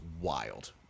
wild